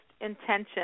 intention